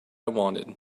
wanted